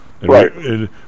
Right